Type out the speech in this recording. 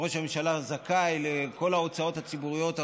וראש הממשלה זכאי לכל ההוצאות הציבוריות הראויות,